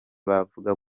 bavuga